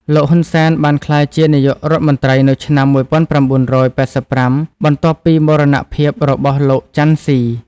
លោក ហ៊ុន សែន បានក្លាយជានាយករដ្ឋមន្ត្រីនៅឆ្នាំ ១៩៨៥ បន្ទាប់ពីមរណភាពរបស់លោក ចាន់ ស៊ី។